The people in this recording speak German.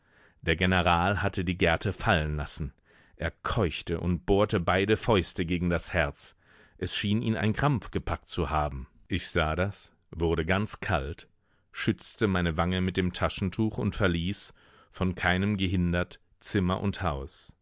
der general hatte die gerte fallen lassen er keuchte und bohrte beide fäuste gegen das herz es schien ihn ein krampf gepackt zu haben ich sah das wurde ganz kalt schützte meine wange mit dem taschentuch und verließ von keinem gehindert zimmer und haus